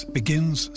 begins